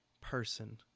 person